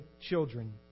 children